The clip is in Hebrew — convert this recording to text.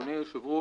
אדוני היושב-ראש,